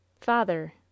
Father